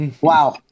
Wow